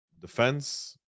defense